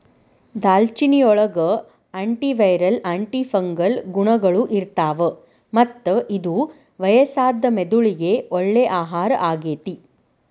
ದಾಲ್ಚಿನ್ನಿಯೊಳಗ antiviral, antifungal ಗುಣಗಳು ಇರ್ತಾವ, ಮತ್ತ ಇದು ವಯಸ್ಸಾದ ಮೆದುಳಿಗೆ ಒಳ್ಳೆ ಆಹಾರ ಆಗೇತಿ